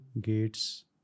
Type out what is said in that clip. Gates